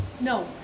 no